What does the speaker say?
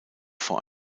vor